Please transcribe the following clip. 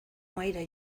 mahaira